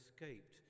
escaped